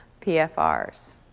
PFRs